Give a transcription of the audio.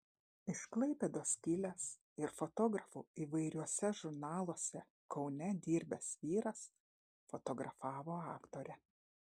iš klaipėdos kilęs ir fotografu įvairiuose žurnaluose kaune dirbęs vyras fotografavo aktorę